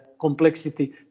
complexity